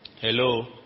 Hello